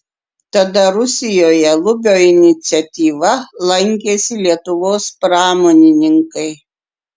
tada rusijoje lubio iniciatyva lankėsi lietuvos pramonininkai